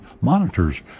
monitors